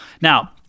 Now